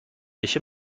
بشه